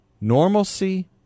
normalcy